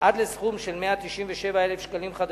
עד לסכום של 197,000 ש"ח.